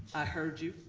i heard you.